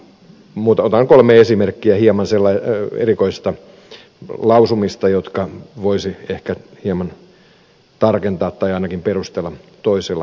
otan kolme esimerkkiä sellaisista jotka voisi ehkä hieman tarkentaa tai ainakin perustella toisella tavalla